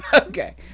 Okay